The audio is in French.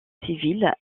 civil